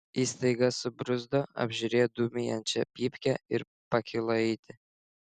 jis staiga subruzdo apžiūrėjo dūmijančią pypkę ir pakilo eiti